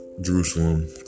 Jerusalem